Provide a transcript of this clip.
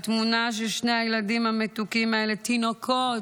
התמונה של שני הילדים המתוקים האלה, תינוקות,